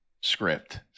script